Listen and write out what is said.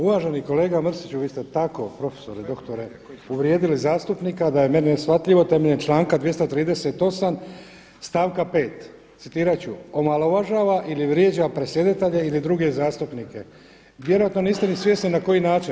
Uvaženi kolega Mrsiću vi ste tako profesore, doktore uvrijedili zastupnika da je meni neshvatljivo temeljem članka 238. stavka 5. Citirat ću: „Omalovažava ili vrijeđa predsjedatelja ili druge zastupnike.“ Vjerojatno niste ni svjesni na koji način.